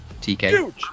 tk